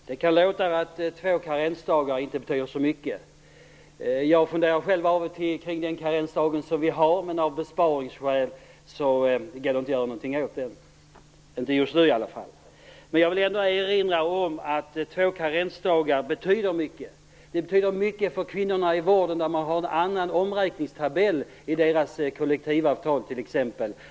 Fru talman! Det kan låta som om två karensdagar inte betyder så mycket. Jag funderar själv av och till kring den karensdag som vi har. Av besparingsskäl går det inte att göra någonting åt den - inte just nu, i alla fall. Jag vill ändå erinra om att två karensdagar betyder mycket. Det betyder mycket för kvinnorna i vården. Det finns en annan omräkningstabell i deras kollektivavtal.